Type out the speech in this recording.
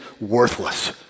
worthless